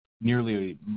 nearly